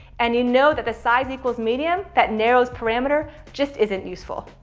and you know that the size equals medium that narrows parameter just isn't' useful.